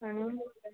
आनी